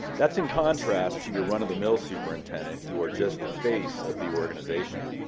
that's in contrast to your run of the mill superintendent who are just the face of the organization.